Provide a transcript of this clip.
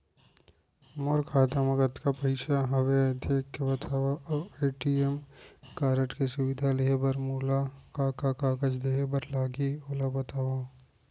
मोर खाता मा कतका पइसा हवये देख के बतावव अऊ ए.टी.एम कारड के सुविधा लेहे बर मोला का का कागज देहे बर लागही ओला बतावव?